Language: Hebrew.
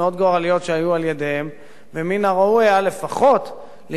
ומן הראוי היה לפחות להתמודד עם הביקורת בצורה עניינית.